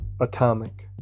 Atomic